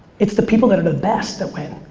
it's the people that are the best that win.